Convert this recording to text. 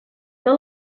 que